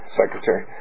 secretary